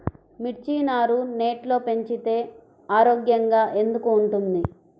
మిర్చి నారు నెట్లో పెంచితే ఆరోగ్యంగా ఎందుకు ఉంటుంది?